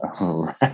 Right